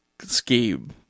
scheme